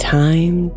time